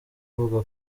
avuga